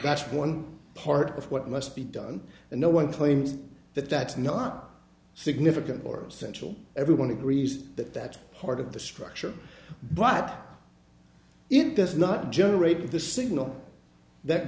that's one part of what must be done and no one claims that that's not significant or essential everyone agrees that that part of the structure but it does not generate the signal that